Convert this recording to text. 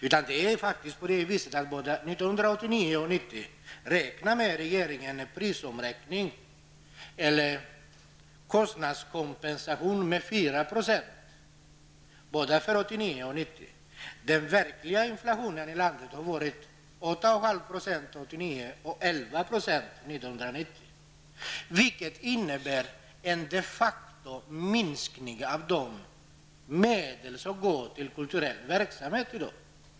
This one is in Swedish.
Både 1989 och 1990 räknade regeringen med en prisuppräkning eller kostnadskompensation med 4 %. Den verkliga inflationen i landet var 8,5 % 1989 och 11 % 1990, vilket innebär en de facto minskning av de medel som går till kulturell verksamhet.